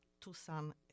Tucson